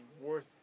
worth